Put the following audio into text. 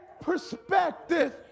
perspective